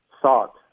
sought